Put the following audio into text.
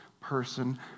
person